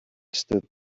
stood